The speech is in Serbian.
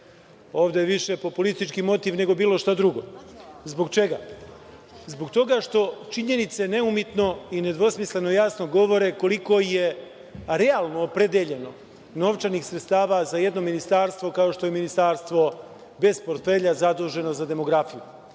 Ovde je više politički motiv, nego bilo šta drugo. Zbog čega? Zbog toga što činjenice neumitno i nedvosmisleno jasno govore koliko je realno opredeljeno novčanih sredstava za jedno ministarstvo, kao što je Ministarstvo bez portfelja zaduženo za demografiju. Prvi